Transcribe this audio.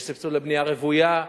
יש סבסוד לבנייה רוויה,